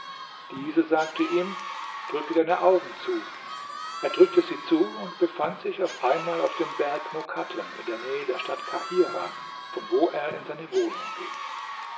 diese sagte ihm drücke deine augen zu er drückte sie zu und befand sich auf einmal auf dem berg mokattem in der nähe der stadt kahirah von wo er in seine wohnung ging